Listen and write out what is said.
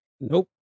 Nope